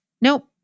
Nope